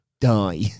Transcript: die